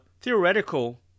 theoretical